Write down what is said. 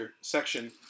section